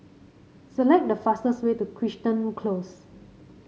select the fastest way to Crichton Close